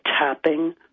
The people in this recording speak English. tapping